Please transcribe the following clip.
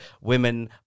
women